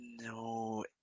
No